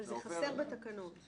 אבל זה חסר בתקנות.